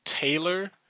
Taylor